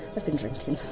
i've been drinking.